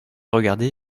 regardé